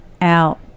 out